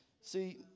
See